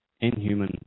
inhuman